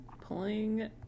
Pulling